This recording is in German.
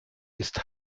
ist